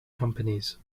companies